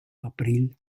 april